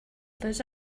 lose